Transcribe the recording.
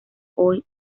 hoy